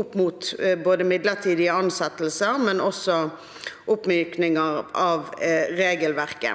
opp mot både midlertidige ansettelser og oppmykning av regelverket.